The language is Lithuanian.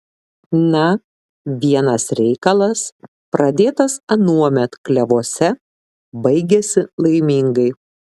na vienas reikalas pradėtas anuomet klevuose baigiasi laimingai